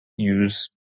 use